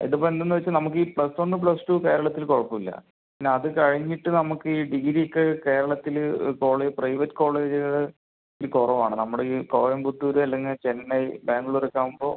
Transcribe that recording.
ഇത് ഇപ്പോൾ എന്താന്ന് വെച്ചാൽ നമുക്ക് ഈ പ്ലസ് വൺ പ്ലസ് ടു കേരളത്തിൽ കുഴപ്പം ഇല്ല പിന്നെ അത് കഴിഞ്ഞിട്ട് നമുക്ക് ഈ ഡിഗ്രിക്ക് കേരളത്തില് പ്രൈവറ്റ് കോളേജുകള് ഈ കുറവ് ആണ് നമ്മുടെ ഈ കോയമ്പത്തൂര് അല്ലെങ്കിൽ ചെന്നൈ ബാംഗ്ലൂര് ഒക്കെ ആകുമ്പോൾ